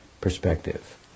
perspective